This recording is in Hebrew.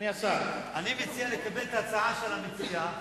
אני מציע לקבל את ההצעה של המציע,